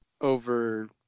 over